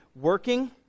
working